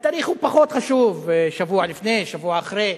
התאריך הוא פחות חשוב, שבוע לפני, שבוע אחרי,